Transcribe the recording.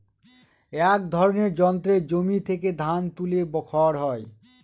এক ধরনের যন্ত্রে জমি থেকে ধান তুলে খড় হয়